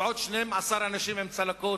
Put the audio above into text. ועוד 12 אנשים עם צלקות,